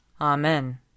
Amen